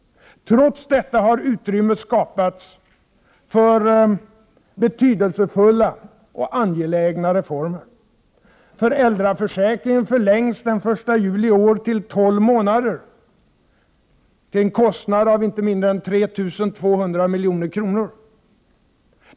Trots detta har utrymme skapats för betydelsefulla och angelägna reformer. Föräldraförsäkringen förlängs den 1 juli i år till tolv månader till en kostnad av inte mindre än 3 200 milj.kr.